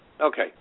Okay